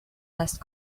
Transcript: last